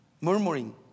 murmuring